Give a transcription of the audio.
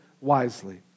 wisely